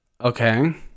Okay